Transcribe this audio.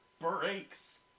breaks